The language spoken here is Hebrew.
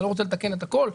אתה לא רוצה לתקן את הכול,